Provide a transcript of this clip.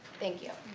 thank you.